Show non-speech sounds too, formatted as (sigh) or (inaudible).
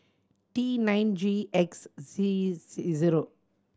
T nine G X C (unintelligible) zero